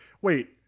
wait